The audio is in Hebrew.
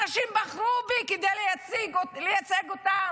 אנשים בחרו בי כדי לייצג אותם,